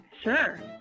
sure